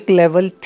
level